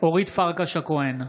אורית פרקש הכהן,